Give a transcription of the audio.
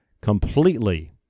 completely